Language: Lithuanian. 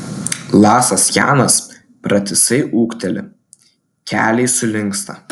lasas janas pratisai ūkteli keliai sulinksta